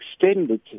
extended